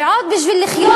ועוד בשביל לחיות,